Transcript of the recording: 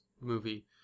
movie